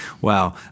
Wow